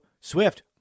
Swift